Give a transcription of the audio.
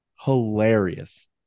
hilarious